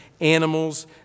animals